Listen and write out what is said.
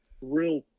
Real